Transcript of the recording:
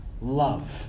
love